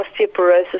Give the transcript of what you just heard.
osteoporosis